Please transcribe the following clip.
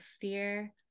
fear